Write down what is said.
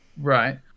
Right